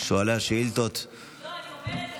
אני אומרת,